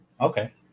Okay